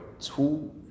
two